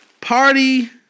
Party